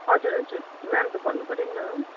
हजुर हजुर नाम त भन्नु पऱ्योन्त